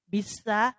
Bisa